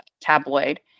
tabloid